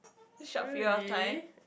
short period of time